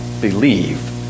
believe